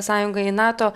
sąjungą į nato